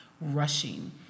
rushing